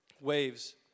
waves